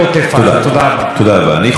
אם כל אחד יעשה ארבע-חמש דקות,